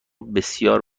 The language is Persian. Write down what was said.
بسیار